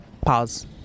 Pause